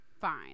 Fine